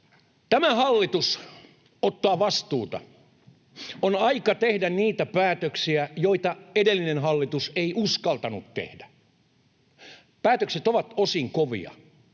Tämä hallitus ottaa vastuuta. On aika tehdä niitä päätöksiä, joita edellinen hallitus ei uskaltanut tehdä. Päätökset ovat osin kovia.